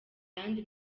ayandi